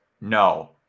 No